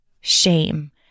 shame